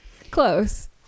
Close